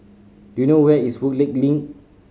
do you know where is Woodleigh Link